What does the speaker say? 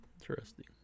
Interesting